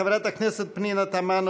חברת הכנסת פנינה תמנו,